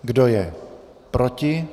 Kdo je proti?